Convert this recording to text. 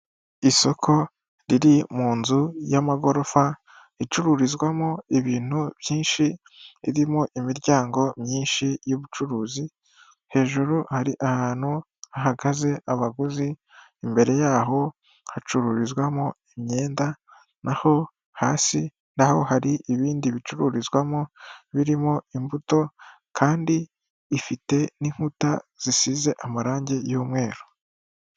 Isoko riri mun nzu y'amagorofa icururizwamo ibintu byinshi, ririmo imiryango myinshi y'ubucuruzi, hejuru hari ahantu hahagaze abaguzi, imbere yaho hacururizwamo imyenda, naho, hasi naho hari ibindi bicururizwamo, birimo imbuto kandi ifite n'inkuta zisize amarangi y'umweru.